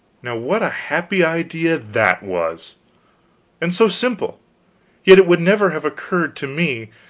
now what a happy idea that was and so simple yet it would never have occurred to me.